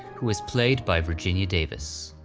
who was played by virginia davis.